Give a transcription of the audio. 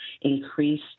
increase